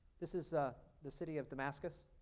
this is the city of damascus.